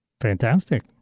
Fantastic